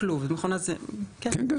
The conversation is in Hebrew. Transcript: כן.